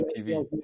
TV